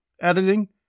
editing